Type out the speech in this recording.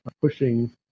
pushing